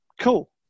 Cool